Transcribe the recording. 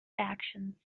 actions